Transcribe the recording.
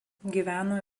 gyveno